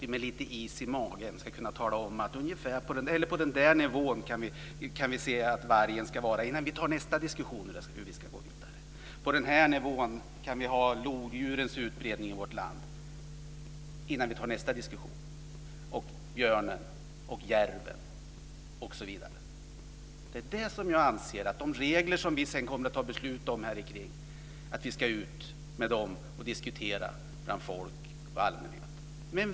Vi ska då ha lite is i magen och tala om ungefär på vilken nivå vargbeståndet ska befinna sig innan vi går vidare och tar nästa diskussion, på vilken nivå lodjur, björn och järv kan vara utspridda i vårt land innan vi tar nästa diskussion osv. Jag anser att de regler som vi sedan kommer att ta beslut om ska diskuteras av folket och allmänheten.